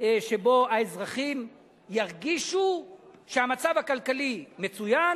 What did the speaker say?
שבו האזרחים ירגישו שהמצב הכלכלי מצוין,